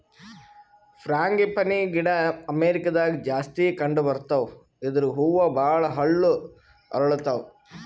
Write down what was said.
frangipani ಗಿಡ ಅಮೇರಿಕಾದಾಗ್ ಜಾಸ್ತಿ ಕಂಡಬರ್ತಾವ್ ಇದ್ರ್ ಹೂವ ಭಾಳ್ ಹಳ್ಳು ಅರಳತಾವ್